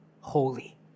holy